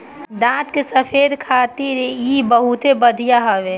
दांत के सफेदी खातिर इ बहुते बढ़िया हवे